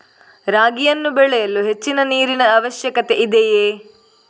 ರಾಗಿಯನ್ನು ಬೆಳೆಯಲು ಹೆಚ್ಚಿನ ನೀರಿನ ಅವಶ್ಯಕತೆ ಇದೆಯೇ?